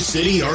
City